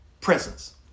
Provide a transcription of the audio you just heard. presence